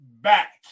back